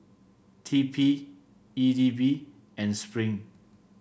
T P E D B and Spring